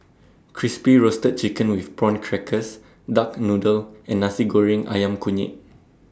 Crispy Roasted Chicken with Prawn Crackers Duck Noodle and Nasi Goreng Ayam Kunyit